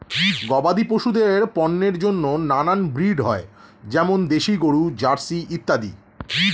গবাদি পশুদের পণ্যের জন্য নানান ব্রিড হয়, যেমন দেশি গরু, জার্সি ইত্যাদি